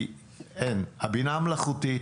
כי הבינה המלאכותית,